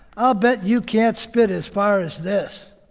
i'll bet you can't spit as far as this.